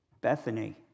Bethany